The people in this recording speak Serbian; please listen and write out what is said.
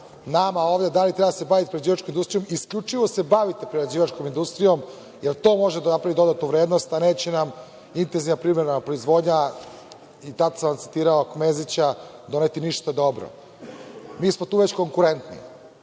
nama ovde da li treba da se bavite prerađivačkom industrijom, isključivo bavite prerađivačkom industrijom, jer to može da napravi dodatnu vrednost. Neće nam intenzivna privredna proizvodnja, i tad sam vam citirao Kmezića, doneti ništa dobro. Mi smo tu već konkurentni.